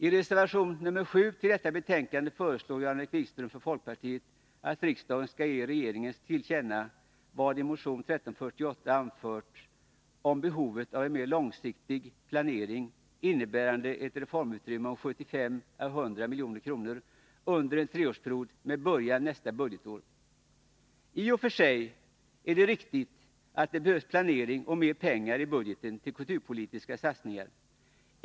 I reservation nr 7 till detta betänkande föreslår Jan-Erik Wikström från folkpartiets sida att riksdagen skall ge regeringen till känna vad i motion 1348 anförts om behovet av en mer långsiktig planering, innebärande ett reformutrymme om 75-100 milj.kr. under en treårsperiod med början nästa budgetår. I och för sig är det riktigt att det behövs planering och mer pengar i budgeten till kulturpolitiska satsningar.